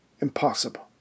impossible